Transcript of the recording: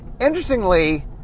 Interestingly